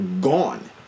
gone